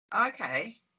Okay